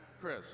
Chris